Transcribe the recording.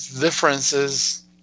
differences